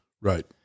Right